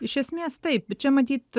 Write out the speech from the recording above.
iš esmės taip čia matyt